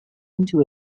into